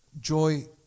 Joy